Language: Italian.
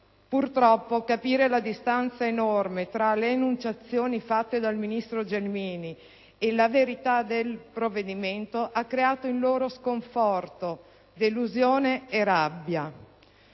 Purtroppo, capire la distanza enorme tra le enunciazioni fatte dal ministro Gelmini e la verità del provvedimento ha creato in loro sconforto, delusione e rabbia.